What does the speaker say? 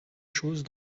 chose